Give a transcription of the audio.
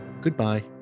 goodbye